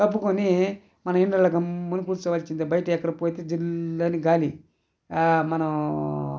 కప్పుకుని మనం ఇళ్ళల్లో గమ్మున కూర్చోవాల్సిందే బయకి ఎక్కడికి పోతే జిల్ అని గాలి మనము